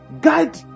guide